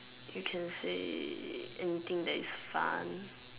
you can say anything that is fun